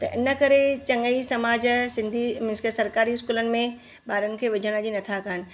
त हिन करे चङा ई समाज सिंधी मींस खे सरकारी स्कूलनि में ॿारनि खे विझण जी नथा कनि